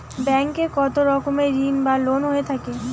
Bank এ কত রকমের ঋণ বা লোন হয়ে থাকে?